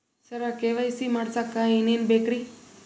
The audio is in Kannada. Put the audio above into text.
ಸರ ಕೆ.ವೈ.ಸಿ ಮಾಡಸಕ್ಕ ಎನೆನ ಬೇಕ್ರಿ?